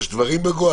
יש דברים בגו?